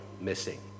missing